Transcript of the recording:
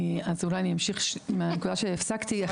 אני אמשיך מהנקודה שהפסקתי.